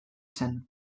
zen